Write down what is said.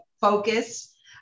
focus